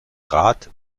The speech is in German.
rat